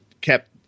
kept